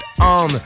On